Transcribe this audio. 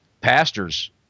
Pastors